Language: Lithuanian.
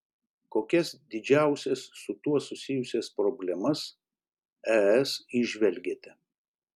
kokias didžiausias su tuo susijusias problemas es įžvelgiate